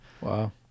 wow